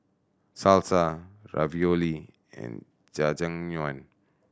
Salsa Ravioli and Jajangmyeon